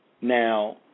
Now